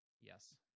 Yes